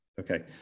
Okay